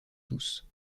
douce